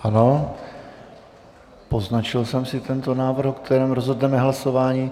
Ano, poznačil jsem si tento návrh, o kterém rozhodneme v hlasování.